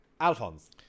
Alphonse